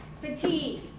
fatigue